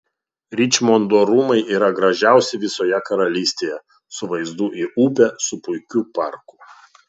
ričmondo rūmai yra gražiausi visoje karalystėje su vaizdu į upę su puikiu parku